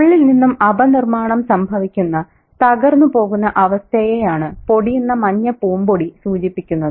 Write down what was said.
ഉള്ളിൽ നിന്നും അപനിർമ്മാണം സംഭവിക്കുന്ന തകർന്നുപോകുന്ന അവസ്ഥയെയാണ് പൊടിയുന്ന മഞ്ഞ പൂമ്പൊടി സൂചിപ്പിക്കുന്നത്